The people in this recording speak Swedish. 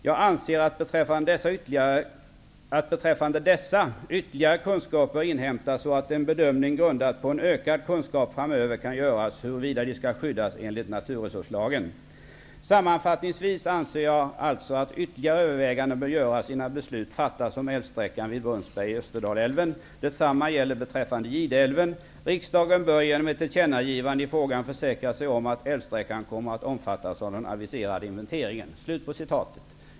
Jag anser att beträffande dessa ytterligare kunskap bör inhämtas så att en bedömning grundad på en ökad kunskap framöver kan göras huruvida de skall skyddas enligt NRL. Sammanfattningsvis anser jag alltså att ytterligare överväganden bör göras innan beslut fattas om älvsträckan vid Brunnsberg i Österdalälven. Riksdagen bör genom ett tillkännagivande i frågan försäkra sig om att älvsträckan kommer att omfattas av den aviserade inventeringen.''